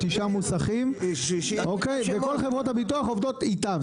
תשעה מוסכים וכל חברות הביטוח עובדות איתן.